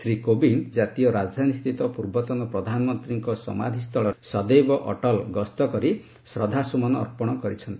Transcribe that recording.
ଶ୍ରୀ କୋବିନ୍ଦ ଜାତୀୟ ରାଜଧାନୀସ୍ଥିତ ପୂର୍ବତନ ପ୍ରଧାନମନ୍ତ୍ରୀଙ୍କ ସମାଧି ସ୍ଥଳ ସଦୈବ୍ ଅଟଲ୍ ଗସ୍ତକରି ଶ୍ରଦ୍ଧାସୁମନ ଅର୍ପଣ କରିଛନ୍ତି